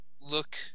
look